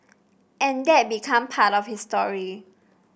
and that became part of his story